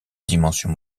dimensions